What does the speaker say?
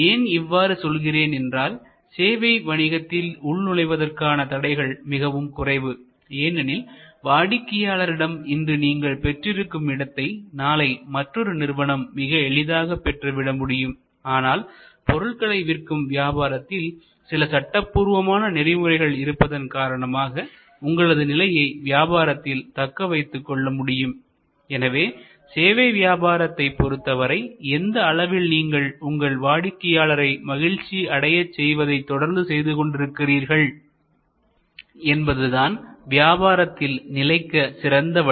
ஏன் இவ்வாறு சொல்கிறேன் என்றால் சேவை வணிகத்தில் உள் நுழைவதற்கான தடைகள் மிகவும் குறைவு ஏனெனில் வாடிக்கையாளரிடம் இன்று நீங்கள் பெற்றிருக்கும் இடத்தை நாளை மற்றொரு நிறுவனம் மிக எளிதாகப் பெற்றுவிட முடியும் ஆனால் பொருட்களை விற்கும் வியாபாரத்தில் சில சட்டப்பூர்வமான நெறிமுறைகள் இருப்பதன் காரணமாக உங்களது நிலையை வியாபாரத்தில் தக்க வைத்துக்கொள்ள முடியும் எனவே சேவை வியாபாரத்தைப் பொறுத்தவரை எந்த அளவில் நீங்கள் உங்கள் வாடிக்கையாளரை மகிழ்ச்சி அடையச் செய்வதை தொடர்ந்து செய்துகொண்டு இருக்கிறீர்கள் என்பதுதான் வியாபாரத்தில் நிலைக்க சிறந்த வழி